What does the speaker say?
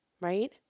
right